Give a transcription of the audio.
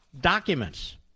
documents